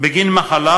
בגין מחלה,